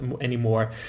anymore